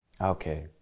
Okay